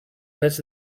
fets